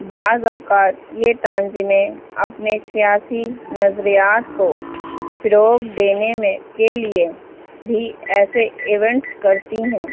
بعض اوقات یہ تنظیمیں اپنے سیاسی نظریات کو فروغ دینے میں کے لیے بھی ایسے ایونٹس کرتی ہیں